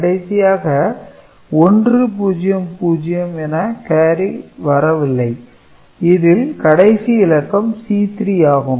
கடைசியாக 1 0 0 என காரி வருவதில்லை இதில் கடைசி இலக்கம் C3 ஆகும்